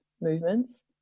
movements